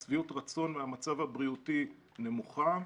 שביעות הרצון מהמצב הבריאותי נמוכה.